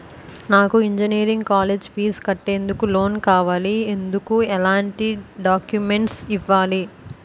నాకు engineering college fee కట్టేందుకు loan కావాలి, ఎందుకు ఎలాంటి డాక్యుమెంట్స్ ఇవ్వాలి?